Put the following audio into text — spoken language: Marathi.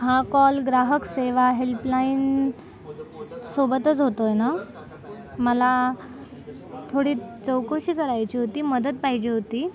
हा कॉल ग्राहक सेवा हेल्पलाईन सोबतच होतोय ना मला थोडी चौकशी करायची होती मदत पाहिजे होती